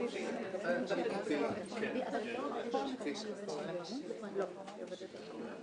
וזה מתקשר לשאלה שעלתה פה,